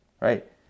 right